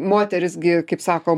moterys gi kaip sako